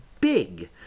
big